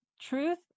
truth